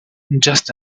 just